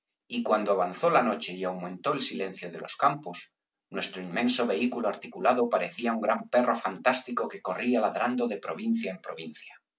y cuando avanzó la noche y aumentó el silencio de los campos nuestro inmenso vehículo articulado parecía un gran perro fantástico que corría ladrando de provincia en provincia